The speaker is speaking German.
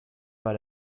war